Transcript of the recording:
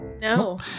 No